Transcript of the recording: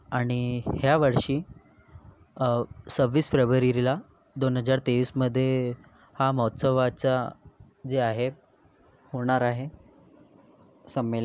आणि ह्यावर्षी सव्वीस फेब्रुवारीला दोन हजार तेवीसमध्ये हा महोत्सवाचा जे आहे होणार आहे संमेलन